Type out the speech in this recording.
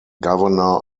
governor